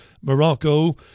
Morocco